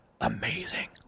Amazing